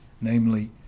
namely